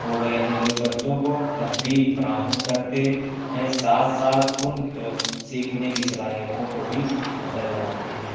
ہو گیے ہیں جو بچوں کو تفریح فراہم کرتے ہیں ساتھ ساتھ ان کو سیکھنے کی صلاحیتوں کو بھی بہتر بناتے ہیں